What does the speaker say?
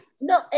No